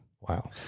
wow